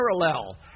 parallel